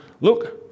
Look